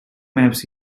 maps